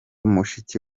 mushiki